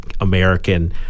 American